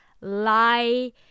lie